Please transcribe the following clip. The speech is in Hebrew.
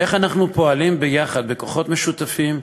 איך אנחנו פועלים ביחד, בכוחות משותפים,